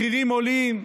מחירים עולים,